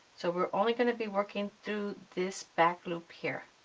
so were only going to be working through this back loop here.